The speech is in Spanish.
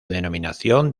denominación